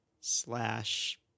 slash